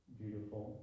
beautiful